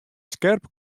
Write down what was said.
skerp